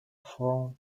from